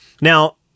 Now